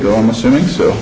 go i'm assuming so